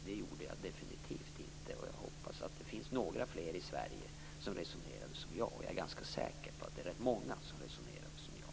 Det gjorde jag definitivt inte, och jag hoppas att det finns några fler i Sverige som resonerade som jag. Jag är ganska säker på att det var rätt många som resonerade som jag.